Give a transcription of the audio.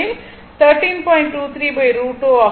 23 √ 2 ஆகும்